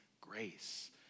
grace